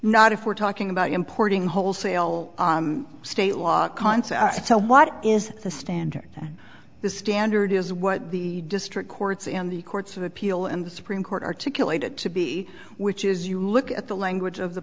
not if we're talking about importing wholesale state law concept so what is the standard the standard is what the district courts in the courts of appeal and the supreme court articulated to be which is you look at the language of the